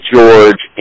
George